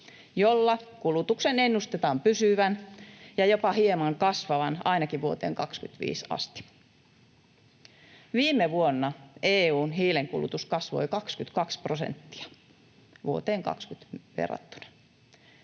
jolla kulutuksen ennustetaan pysyvän, ja jopa hieman kasvavan ainakin vuoteen 25 asti. Viime vuonna EU:n hiilenkulutus kasvoi 22 prosenttia vuoteen 20 verrattuna.